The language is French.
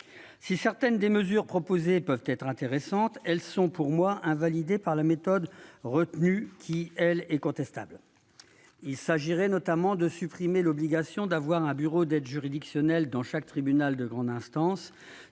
si certaines des mesures proposées peuvent être intéressantes : elles sont pour moi invalidé par la méthode retenue qui est contestable, il s'agirait notamment de supprimer l'obligation d'avoir un bureau d'aide juridictionnelle dans chaque tribunal de grande instance,